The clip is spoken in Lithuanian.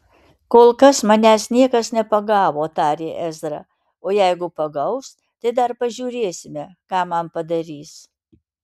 kol kas manęs niekas nepagavo tarė ezra o jeigu pagaus tai dar pažiūrėsime ką man padarys